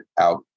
out